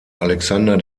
alexander